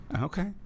Okay